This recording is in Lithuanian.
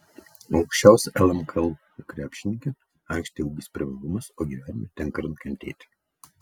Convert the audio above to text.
aukščiausia lmkl krepšininkė aikštėje ūgis privalumas o gyvenime tenka ir nukentėti